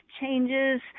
changes